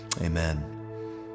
amen